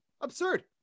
Absurd